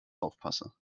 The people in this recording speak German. aufpasse